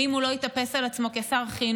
ואם הוא לא יתאפס על עצמו כשר חינוך,